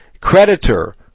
creditor